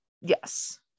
yes